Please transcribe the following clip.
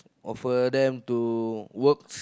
offer them to work